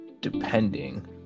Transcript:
depending